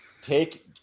take